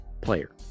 player